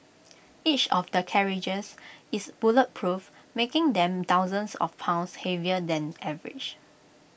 each of the carriages is bulletproof making them thousands of pounds heavier than average